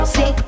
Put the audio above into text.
See